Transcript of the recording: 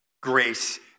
grace